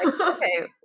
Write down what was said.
Okay